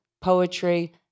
poetry